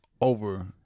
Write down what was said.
Over